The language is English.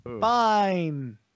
fine